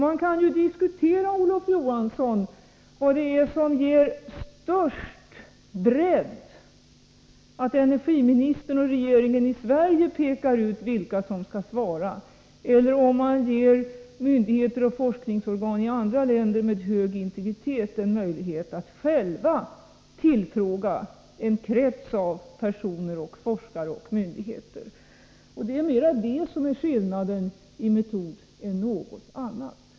Man kan ju diskutera, Olof Johansson, vad det är som ger störst bredd: att energiministern och regeringen i Sverige pekar ut vilka som skall svara eller att man ger myndigheter och forskningsorgan med hög integritet i andra länder en möjlighet att själva tillfråga en krets av personer och forskare och myndigheter. Det är mera det som är skillnaden i metod än något annat.